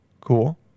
Cool